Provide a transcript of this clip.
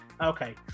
Okay